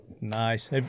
nice